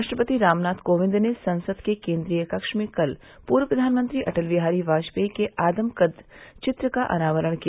राष्ट्रपति रामनाथ कोविंद ने संसद के केन्द्रीय कक्ष में कल पूर्व प्रधानमंत्री अटल बिहारी वाजपेयी के आदमकद चित्र का अनावरण किया